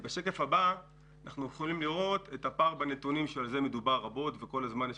כאן אנחנו יכולים לראות את הפער בנתונים שדובר עליו רבות וכל הזמן יש